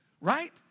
right